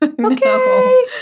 Okay